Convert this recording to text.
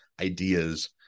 ideas